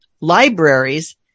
libraries